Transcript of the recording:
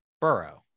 Burrow